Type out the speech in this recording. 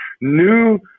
new